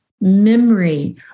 memory